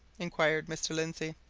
inquired mr. lindsey.